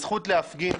הזכות להפגין,